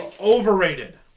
overrated